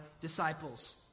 disciples